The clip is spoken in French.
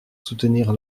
soutenir